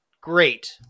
Great